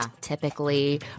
typically